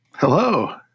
Hello